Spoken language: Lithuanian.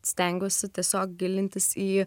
stengiuosi tiesiog gilintis į